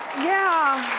yeah.